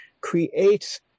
creates